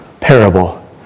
parable